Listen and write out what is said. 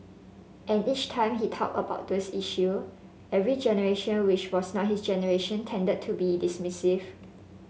and each time he talked about those issue every generation which was not his generation tended to be dismissive